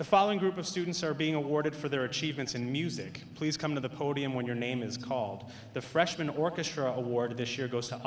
the following group of students are being awarded for their achievements in music please come to the podium when your name is called the freshman orchestra award this year goes to a